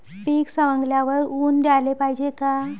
पीक सवंगल्यावर ऊन द्याले पायजे का?